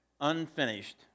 unfinished